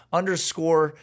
underscore